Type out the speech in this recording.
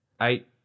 eight